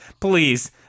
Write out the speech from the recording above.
please